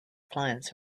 clients